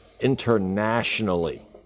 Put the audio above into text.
internationally